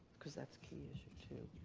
because that's key issue two.